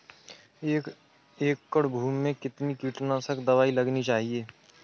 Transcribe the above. एक एकड़ भूमि में कितनी कीटनाशक दबाई लगानी चाहिए?